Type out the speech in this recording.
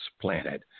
planet